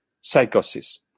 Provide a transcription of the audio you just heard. psychosis